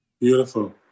Beautiful